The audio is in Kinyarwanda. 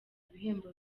ibihembo